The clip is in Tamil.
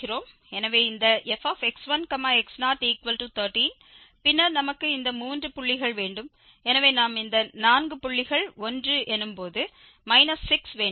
எனவே இந்த fx1x013 பின்னர் நமக்கு இந்த மூன்று புள்ளிகள் வேண்டும் எனவே நாம் இந்த 4 புள்ளிகள் 1 எனும் போது −6 வேண்டும்